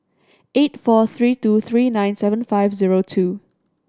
eight four three two three nine seven five zero two